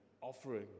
offering